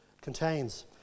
contains